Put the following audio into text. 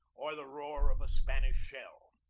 or the roar of a spanish shell.